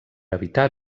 evitar